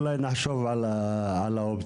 אולי נחשוב על האופציה.